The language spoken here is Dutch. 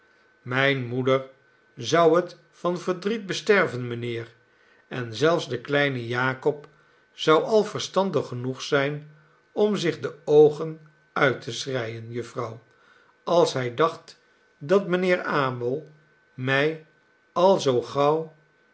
mijne moeder zou het van verdriet besterven mijnheer en zelfs de kleine jakob zou al verstandig genoeg zijn om zich de oogen uit te schreien jufvrouw als hij dacht dat mijnheer abel mij al zoo gauw